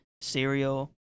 cereal